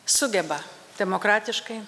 sugeba demokratiškai